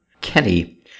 Kenny